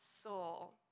soul